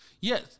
Yes